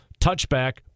touchback